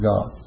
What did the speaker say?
God